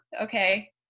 okay